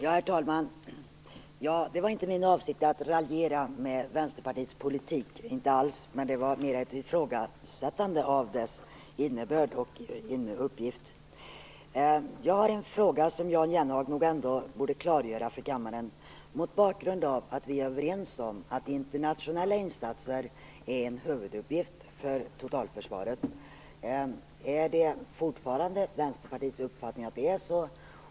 Herr talman! Det var inte min avsikt att raljera med Vänsterpartiets politik, inte alls. Det var mera ett ifrågasättande av dess innebörd och uppgift. Jag har en fråga som Jan Jennehag nog ändå borde klargöra för kammaren mot bakgrund av att vi är överens om att internationella insatser är en huvuduppgift för totalförsvaret. Är det fortfarande Vänsterpartiets uppfattning att det är så?